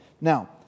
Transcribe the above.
Now